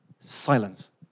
silence